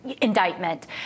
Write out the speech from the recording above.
indictment